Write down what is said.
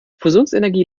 fusionsenergie